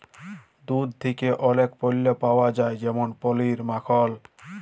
দুহুদ থ্যাকে অলেক পল্য পাউয়া যায় যেমল পলির, মাখল